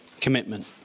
commitment